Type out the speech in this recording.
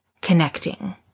connecting